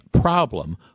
problem